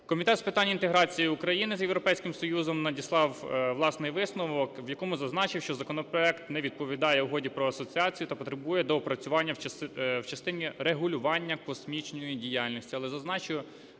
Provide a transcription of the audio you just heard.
Комітет з питань інтеграції України з Європейським Союзом надіслав власний висновок, в якому зазначив, що законопроект не відповідає Угоді про асоціацію та потребує доопрацювання в частині регулювання космічної діяльності.